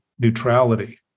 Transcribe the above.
neutrality